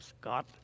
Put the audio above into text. Scott